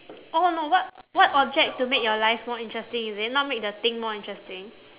oh no what what object to make your life more interesting is it not make the thing more interesting